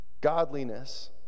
godliness